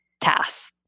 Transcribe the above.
tasks